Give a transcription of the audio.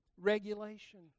Regulation